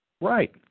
right